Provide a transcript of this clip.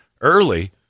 early